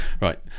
right